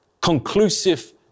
Conclusive